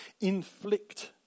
inflict